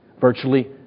Virtually